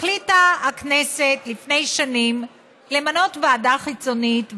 החליטה הכנסת לפני שנים למנות ועדה חיצונית,